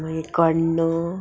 मागीर कण्ण